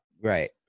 right